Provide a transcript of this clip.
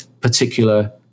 particular